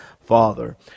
Father